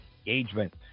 engagement